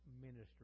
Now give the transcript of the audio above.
ministry